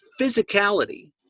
physicality